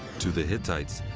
to the hittites,